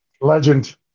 Legend